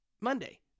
Monday